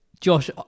Josh